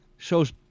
shows